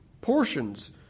portions